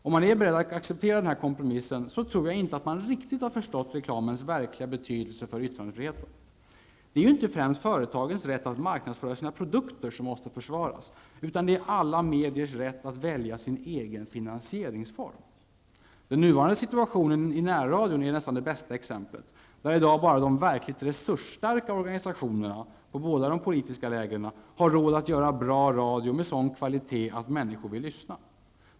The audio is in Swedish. Om man är beredd att acceptera denna kompromiss, så tror jag inte att man riktigt har förstått reklamens verkliga betydelse för yttrandefriheten. Det är inte främst företagens rätt att marknadsföra sina produkter som måste försvaras, utan det är alla mediers rätt att välja sin egen finansieringsform. Den nuvarande situationen i närradion är nästan det bästa exemplet, där i dag bara de verkligt resursstarka organisationerna i båda de politiska lägren har råd att göra bra radio med sådan kvalitet att människor vill lyssna.